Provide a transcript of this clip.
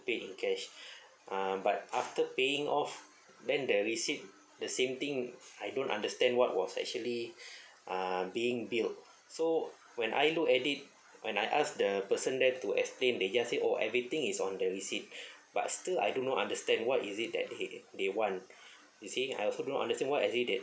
pay in cash uh but after paying off then the receipt the same thing I don't understand what was actually uh being billed so when I look at it when I ask the person there to explain they just say oh everything is on the receipt but still I do not understand what is it that they they want you see I also don't understand what actually that